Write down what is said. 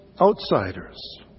outsiders